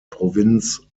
provinz